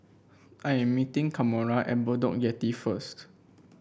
I am meeting Kamora at Bedok Jetty first